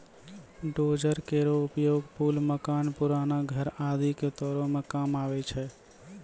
dozer केरो उपयोग पुल, मकान, पुराना घर आदि क तोरै म काम आवै छै